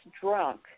drunk